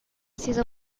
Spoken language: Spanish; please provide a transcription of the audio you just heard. sido